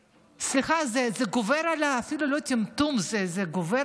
סליחה, זה אפילו לא טמטום, זה גובל